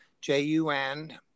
J-U-N